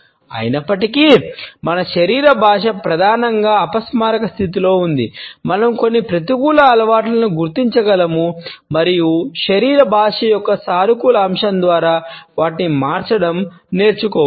అయినప్పటికీ మన శరీర భాష ప్రధానంగా అపస్మారక స్థితిలో ఉంది మనం కొన్ని ప్రతికూల అలవాట్లను గుర్తించగలము మరియు శరీర భాష యొక్క మరింత సానుకూల అంశం ద్వారా వాటిని మార్చడం నేర్చుకోవచ్చు